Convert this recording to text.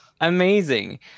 Amazing